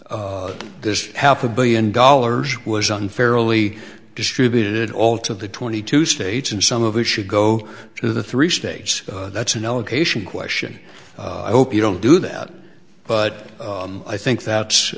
that this half a billion dollars was unfairly distributed all to the twenty two states and some of it should go to the three states that's an allocation question i hope you don't do that but i think that's